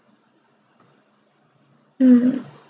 mm